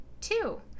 Two